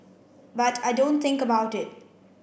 but I don't think about it